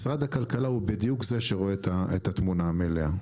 משרד הכלכלה הוא בדיוק זה שרואה את התמונה המלאה.